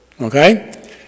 okay